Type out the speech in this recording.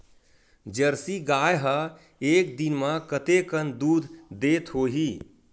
Jersey गाय ह एक दिन म कतेकन दूध देत होही?